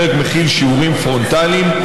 הפרק מכיל שיעורים פרונטליים,